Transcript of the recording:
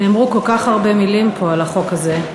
נאמרו כל כך הרבה מילים פה על החוק הזה,